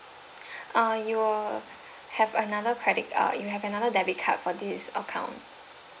uh your have another credit uh you have another debit card for this account